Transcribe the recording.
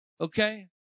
okay